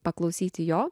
paklausyti jo